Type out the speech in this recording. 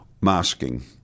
masking